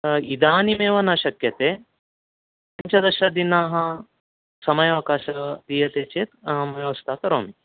इदानीमेव न शक्यते पञ्चदशदिनाः समयावकाशः दीयते चेद् अहं व्यवस्था करोमि